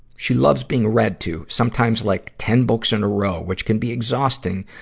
she loves being read to, sometimes like ten books in a row, which can be exhausting,